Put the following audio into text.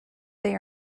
they